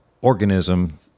organism